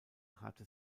hatte